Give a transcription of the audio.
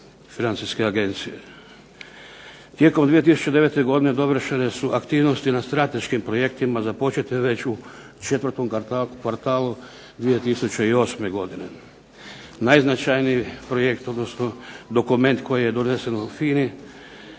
Financijske agencije. Tijekom 2009. godine dovršene su aktivnosti na strateškim projektima započete već u četvrtom kvartalu 2008. godine. Najznačajniji projekt, odnosno dokument koji je donesen u FINA-i,